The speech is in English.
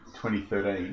2013